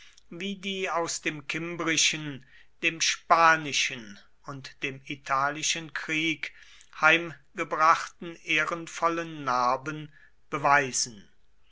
wie die aus dem kimbrischen dem spanischen und dem italischen krieg heimgebrachten ehrenvollen narben bewiesen